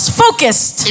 focused